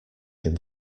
him